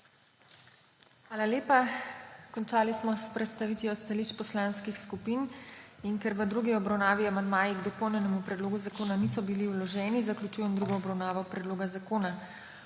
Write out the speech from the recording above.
Hvala lepa. Končali smo s predstavitvijo stališč poslanskih skupin. Ker v drugi obravnavni amandmaji k dopolnjenemu predlogu zakona ni bili vloženi, zaključujem drugo obravnavo predloga zakona.